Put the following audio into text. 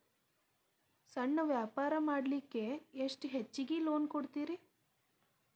ಸಣ್ಣ ವ್ಯಾಪಾರ ಮಾಡ್ಲಿಕ್ಕೆ ಎಷ್ಟು ಹೆಚ್ಚಿಗಿ ಲೋನ್ ಕೊಡುತ್ತೇರಿ?